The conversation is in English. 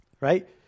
Right